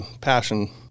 passion